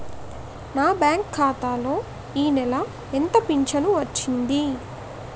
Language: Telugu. నా బ్యాంక్ ఖాతా లో ఈ నెల ఎంత ఫించను వచ్చింది?